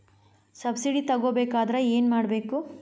Subsidy ತಗೊಬೇಕಾದರೆ ಏನು ಮಾಡಬೇಕು?